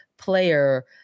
player